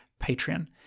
patreon